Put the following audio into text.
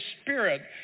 spirit